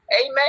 amen